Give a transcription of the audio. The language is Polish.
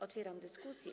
Otwieram dyskusję.